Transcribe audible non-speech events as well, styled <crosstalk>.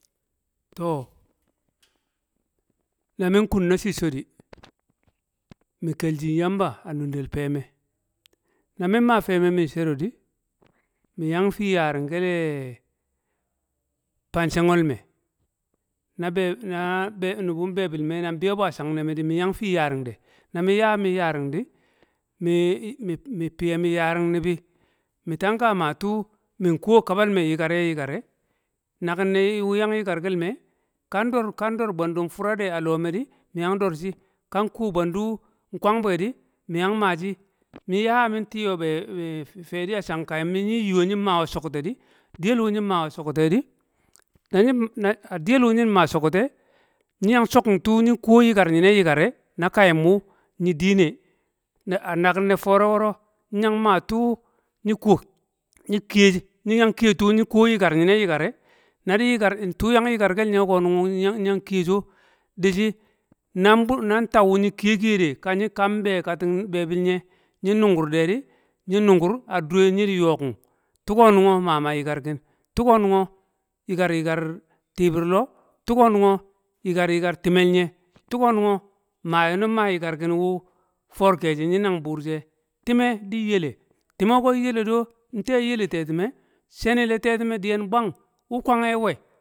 to, na mi̱n ku̱n na ci̱cco̱ di̱ mi̱ ke̱l shi̱n yamba tu̱ nu̱nde̱l fe̱me̱ na min ma fe̱me̱ mi̱n she̱ro̱ di̱ mi̱ yang ti̱ yari̱ng ke̱le̱ <noise> fang she̱nko̱ me̱, ni̱ be̱ na be̱ nu̱ bu̱ nbi̱ bi̱l me, nan bi̱yo̱ bu̱ shan ne̱ me̱ di, mi̱ you fi yaring de̱, na mi̱n mi̱n yarin di, mi̱ fi̱ye̱ mi̱ yari̱ng ni̱bi̱ mi̱ to̱ ka ma tu̱ mi̱ nku̱wo̱ kabal me̱ yi̱kar ye̱ karre. baki̱n ne̱ wu̱ ya yi̱kar ke̱lme̱ kan do̱r ke̱ndu̱ fu̱ra de̱ a lo̱mo̱ mi̱ yang do̱r shi̱ kar kuwo bwindu kwar bwe di, mi̱ yang me̱ shi̱. mu̱ ya ya mi̱n to̱ we̱ be̱ fe̱di̱ a chang kayu̱m di̱ yi̱n yi̱we̱ yu̱n ma we̱ sho̱kke̱ di̱ di̱ye̱l wu̱ nyi̱m mawe̱ sho̱kte̱ di̱, di̱ye̱l wu̱ nyi̱m ma sho̱kte̱, nyi̱ yang sho̱ku̱n to̱ nyi̱ ku̱we̱ shi̱ yi̱kar nyi̱ne̱ yi̱karre̱ na di̱n yi̱kar tu̱ yang yi̱kar ke̱l nye̱ ko̱nu̱ngyo̱ yi̱ yang ki̱ye̱ so̱, di̱ shi̱, nan bu̱- nan ta wu̱ nyi̱ ki̱ye̱-ki̱ye̱ de̱, ka nyi̱ kam be̱ kati̱ng be̱bi̱l nye̱ nyi̱ nu̱ngu̱r de̱ di̱, nyi̱ nu̱ngkur a du̱re̱ nyi̱n yo̱ku̱ng, tu̱ko nu̱ngyo mama yi̱karki̱n tuko nu̱ngur, yikar yi̱kar- yi̱kar ti̱bi̱r lo tuko nungyo yikar yi̱kar time̱l nye̱, tuko nungyo ma yi̱ nu̱n ma yi̱karkin wu for keshi nyi nang bu̱r she̱. ti̱me̱ di̱n ye̱le̱, ti̱m ko̱ nye̱le̱ do̱, nte̱ ye̱le̱ te̱ti̱me̱, she̱ni̱le̱ te̱ti̱me̱ di̱ye̱n bwang, wu̱ kwanke̱ nwe̱